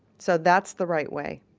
so that's the right way.